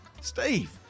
Steve